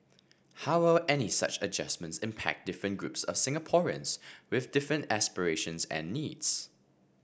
how will any such adjustments impact different groups of Singaporeans with different aspirations and needs